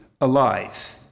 alive